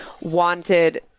wanted